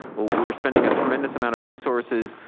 we're spending a tremendous amount of resources,